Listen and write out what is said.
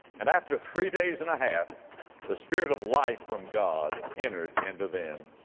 and after three days and a half the spirit of life from god entered into them,